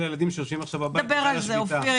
הילדים שיושבים עכשיו בבית בגלל השביתה.